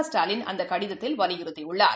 ஸ்டாலின் அந்தகடிதத்தில் வலியுறுத்திடள்ளார்